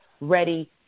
ready